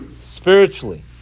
spiritually